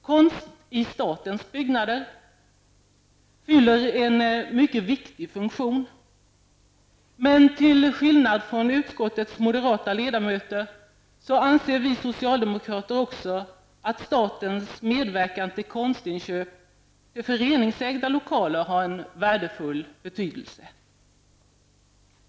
Konst i statens byggnader fyller en mycket viktig funktion, men till skillnad från utskottets moderata ledamöter anser vi socialdemokrater också att det är värdefullt med statens medverkan vid konstinköp till föreningsägda lokaler.